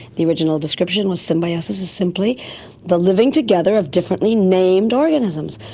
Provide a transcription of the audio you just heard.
the original description was symbiosis is simply the living together of differently named organisms.